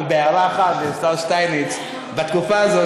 אבל בהערה אחת לשר שטייניץ: בתקופה הזאת